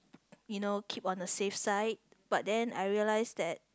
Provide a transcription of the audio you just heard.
you know keep on the safe side but then I realise that